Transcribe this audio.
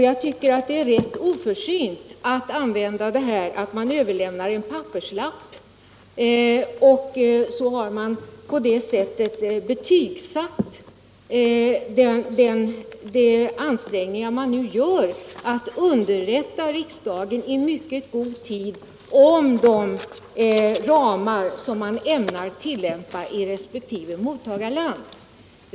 Jag tycker att det är rent oförsynt att bara säga att det överlämnas en papperslapp och låta det gälla som betygsättning för de ansträngningar som nu görs att underrätta riksdagen i mycket god tid om de ramar som man ämnar tillämpa i resp. mottagarland.